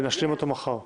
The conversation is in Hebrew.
נשלים מחר.